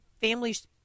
families –